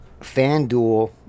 FanDuel